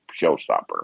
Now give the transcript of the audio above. showstopper